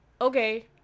okay